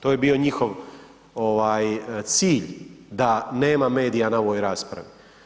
To je bio njihov cilj da nema medija na ovoj raspravi.